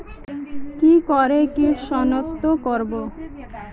কি করে কিট শনাক্ত করব?